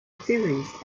series